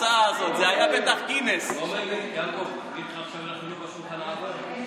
המדינה וליושב-ראש הכנסת כי עלה בידו להרכיב את הממשלה.